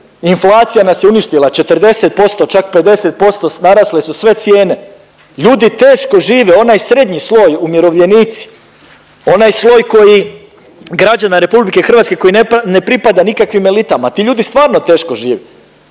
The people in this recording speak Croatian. inflacija nas je uništila 40%, čak 50%, narasle su sve cijene. Ljudi teško žive, onaj srednji sloj, umirovljenici, onaj sloj koji građana RH koji ne pripada nikakvim elitama, ti ljudi stvarno teško žive